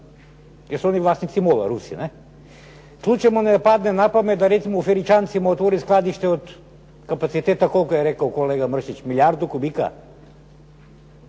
jer su oni vlasnici MOL-a, Rusija, ne. Slučajno da mu ne padne na pamet da recimo u Feričancima otvore skladište kapaciteta, koliko je rekao kolega Mršić, milijardu kubika?